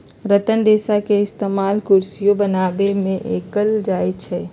रतन रेशा के इस्तेमाल कुरसियो बनावे में कएल जाई छई